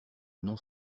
non